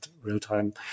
real-time